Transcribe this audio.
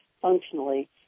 functionally